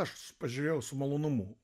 aš pažiūrėjau su malonumu